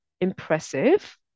impressive